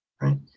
right